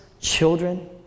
children